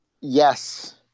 Yes